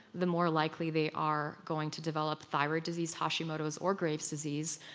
the more likely they are going to develop thyroid disease hashimoto's, or grave's disease,